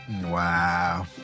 Wow